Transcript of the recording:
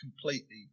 completely